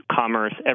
commerce